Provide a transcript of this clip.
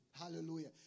Hallelujah